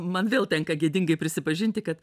man vėl tenka gėdingai prisipažinti kad